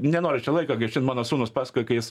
nenoriu čia laiko gaišt mano sūnus pasakojo kai jis